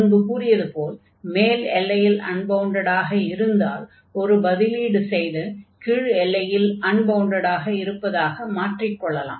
முன்பு கூறியது போல் மேல் எல்லையில் அன்பவுண்டடாக இருந்தால் ஒரு பதிலீடு செய்து கீழ் எல்லையில் அன்பவுண்டடாக இருப்பதாக மாற்றிக் கொள்ளலாம்